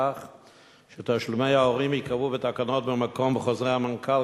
כך שתשלומי ההורים ייקבעו בתקנות במקום בחוזי המנכ"ל,